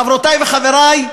חברותי וחברי,